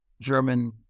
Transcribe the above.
German